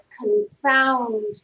confound